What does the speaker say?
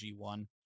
g1